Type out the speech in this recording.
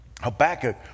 habakkuk